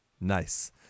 Nice